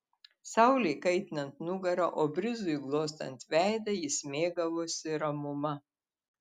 saulei kaitinant nugarą o brizui glostant veidą jis mėgavosi ramuma